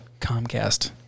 Comcast